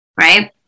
right